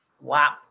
Wow